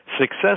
Success